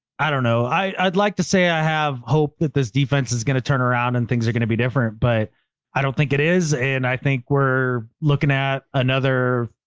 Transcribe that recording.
i don't know. i'd like to say, i have hope that this defense is going to turn around and things are going to be different, but i don't think it is. and i think we're looking at another,